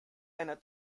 einer